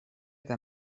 eta